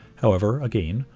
however, again,